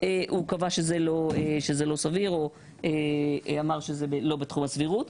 הוא קבע שזה לא סביר או אמר שזה לא בתחום הסבירות.